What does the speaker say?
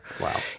Wow